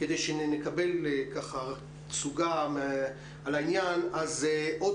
כדי שנקבל תצוגה על העניין נשמע עוד